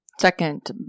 Second